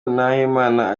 nahimana